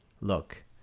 Look